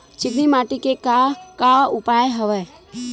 चिकनी माटी के का का उपयोग हवय?